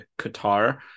Qatar